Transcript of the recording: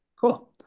Cool